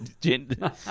gender